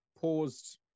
paused